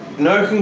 no